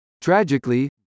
tragically